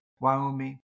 Wyoming